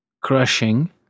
crushing